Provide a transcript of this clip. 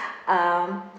um